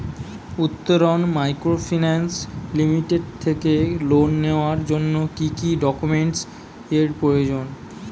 Uttaran microfinance limited থেকে loan নেওয়ার জন্য কি কি ডকুমেন্টস এর প্রয়োজন?